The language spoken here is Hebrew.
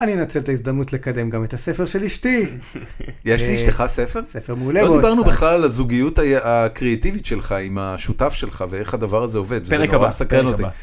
אני אנצל את ההזדמנות לקדם גם את הספר של אשתי. יש לאשתך ספר? ספר מעולה. לא דיברנו בכלל על הזוגיות הקריאטיבית שלך, עם השותף שלך, ואיך הדבר הזה עובד. וזה נורא סקרן אותי.